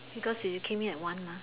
because you came in at one